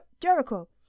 Jericho